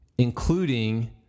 Including